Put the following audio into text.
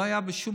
לא היה בשום